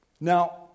Now